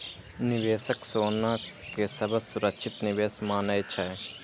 निवेशक सोना कें सबसं सुरक्षित निवेश मानै छै